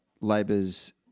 Labor's